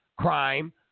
crime